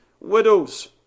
widows